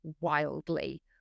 wildly